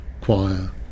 choir